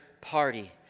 party